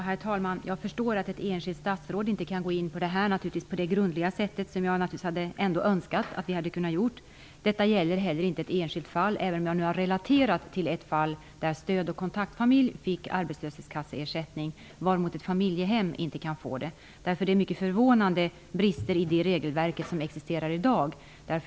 Herr talman! Jag förstår att ett enskilt statsråd inte kan gå in på detta på det grundliga sätt som jag naturligtvis ändå hade önskat att vi hade kunnat göra. Detta gäller heller inte ett enskilt fall, även om jag har relaterat till ett fall där en stöd och kontaktfamilj fick arbetslöshetsersättning och nämnt att ett familjehem inte kan få det. Det är mycket förvånande brister i det regelverk som existerar i dag.